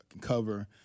cover